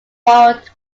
boiled